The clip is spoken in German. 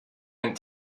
ein